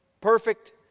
perfect